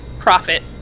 profit